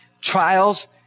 Trials